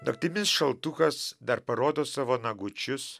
naktimis šaltukas dar parodo savo nagučius